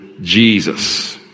Jesus